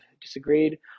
disagreed